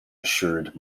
assured